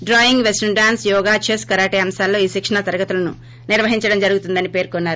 drawing western dance yoga chess karate అంశాలలో ఈ శిక్షణా తరగతులను నిర్వహించడం జరుగుతుందని పేర్కొన్నారు